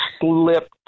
slipped